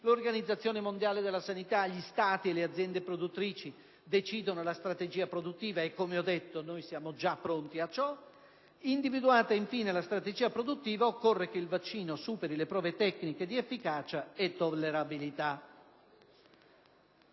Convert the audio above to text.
di vaccini; la stessa OMS, gli Stati e le aziende produttrici decidono la strategia produttiva e, come ho detto, noi siamo già pronti a ciò. Individuata infine la strategia produttiva occorre che il vaccino superi le prove tecniche di efficacia e tollerabilità.